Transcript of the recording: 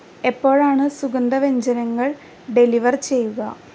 എപ്പോഴാണ് സുഗന്ധവ്യഞ്ജനങ്ങൾ ഡെലിവർ ചെയ്യുക